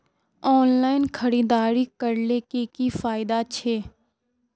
Online खरीदारी करले की की फायदा छे?